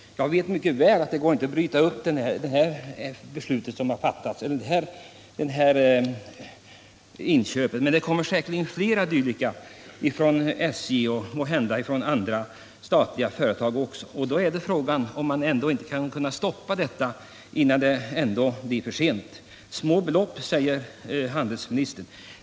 Jag vet mycket väl att det inte går att bryta upp beslutet om det här inköpet. Men det blir säkerligen fler dylika beslut, från SJ och måhända från andra statliga håll, och då är frågan om man ändå inte skall kunna stoppa det nu tillämpade förfarandet innan det blir för sent. Det rör sig om små belopp, säger handelsministern.